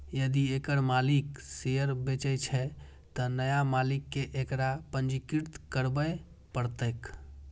यदि एकर मालिक शेयर बेचै छै, तं नया मालिक कें एकरा पंजीकृत करबय पड़तैक